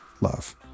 love